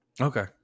Okay